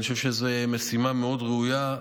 אני חושב שזו משימה מאוד ראויה,